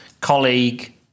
colleague